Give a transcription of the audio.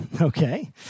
Okay